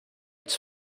its